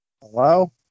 Hello